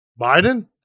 Biden